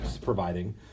providing